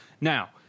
Now